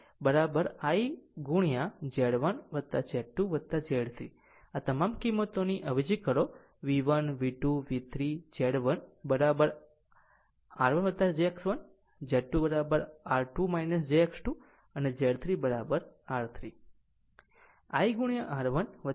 Z1 Z2 Z 3 આ તમામ કિંમતોને અવેજી કરો V1 V2 V3 Z1 R1 jX1 Z2 r R2 jX2 અને Z 3 R3